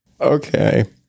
Okay